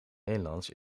nederlands